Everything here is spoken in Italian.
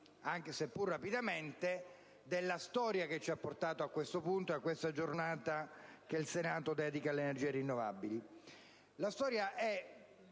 parlare, seppur rapidamente, della storia che ci ha portato a questo punto e a questa giornata che il Senato dedica alle energie rinnovabili. Tale storia è